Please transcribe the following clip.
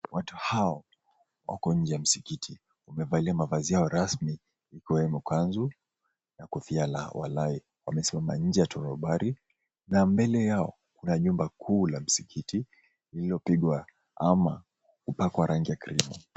Watu hao wako nje ya msikiti wamevalia mavazi yao rasmi ikiwemo kanzu, na kofia ya wallahi wamesimama nje ya tonobari na mbele yao kuna nyumba kuu la msikiti liliopingwa ama kupakwa rangi ya cream .